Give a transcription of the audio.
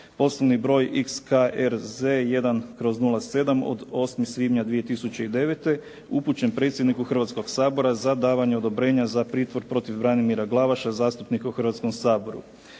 poslovni broj XKRZ1/07 od 8. svibnja 2009. upućen predsjedniku Hrvatskoga sabora za davanje odobrenja za pritvor protiv Branimira Glavaša zastupnika u Hrvatskom saboru.